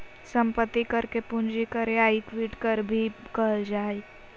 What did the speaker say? संपत्ति कर के पूंजी कर या इक्विटी कर भी कहल जा हइ